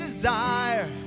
Desire